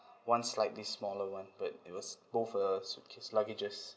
one slightly smaller one but it was both a suitcase luggages